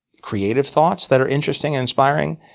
creative thoughts that are interesting and inspiring.